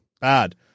Bad